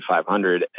500